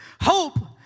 Hope